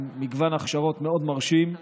עם מגוון הכשרות מאוד מרשים.